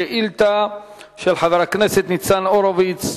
שאילתא מס' 655, של חבר הכנסת ניצן הורוביץ,